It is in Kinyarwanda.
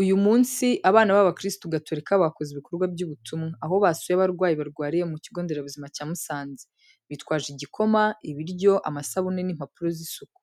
Uyu munsi, abana b’abakirisitu Gatolika bakoze ibikorwa by’ubutumwa, aho basuye abarwayi barwariye mu kigonderabuzima cya Musanze. Bitwaje igikoma, ibiryo, amasabune n’impapuro z’isuku,